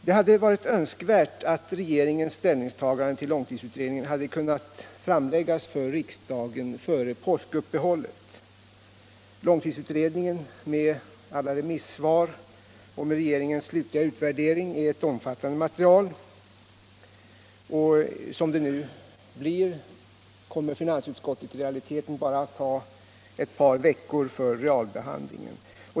Det hade varit önskvärt att regeringens ställningstagande till långtidsutredningen hade kunnat framläggas före påskuppehållet. Långtidsutredningen med alla remissvar och med regeringens slutliga utvärdering är ett omfattande material, och som det nu blir kommer finansutskottet i realiteten bara att ha ett par veckor för realbehandlingen.